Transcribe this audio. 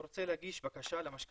הוא רוצה להגיש בקשה למשכנתא,